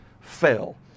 fell